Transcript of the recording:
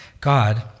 God